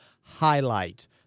highlight